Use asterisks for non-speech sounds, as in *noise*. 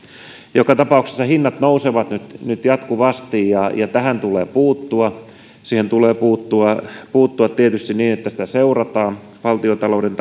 joka tapauksessa hinnat nousevat nyt nyt jatkuvasti ja ja tähän tulee puuttua siihen tulee puuttua puuttua tietysti niin että sitä seurataan valtiontalouden *unintelligible*